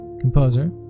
composer